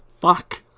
Fuck